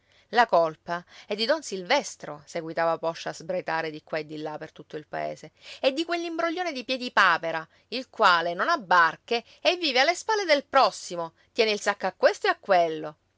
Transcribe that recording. la colpa è di don silvestro seguitava poscia a sbraitare di qua e di là per tutto il paese e di quell'imbroglione di piedipapera il quale non ha barche e vive alle spalle del prossimo tiene il sacco a questo e a quello